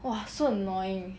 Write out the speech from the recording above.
!wah! so annoying